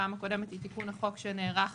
הפעם הקודמת היא תיקון לחוק שנערך